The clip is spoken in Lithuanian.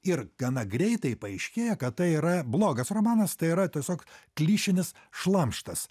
ir gana greitai paaiškėja kad tai yra blogas romanas tai yra tiesiog klišinis šlamštas